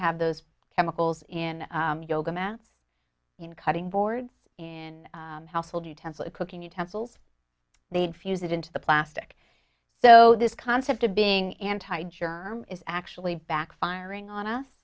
have those chemicals in yoga mats you know cutting boards in household utensils cooking utensils they'd fuse it into the plastic so this concept of being anti germ is actually backfiring on us